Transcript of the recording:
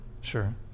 Sure